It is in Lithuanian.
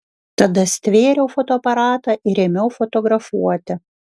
tada stvėriau fotoaparatą ir ėmiau fotografuoti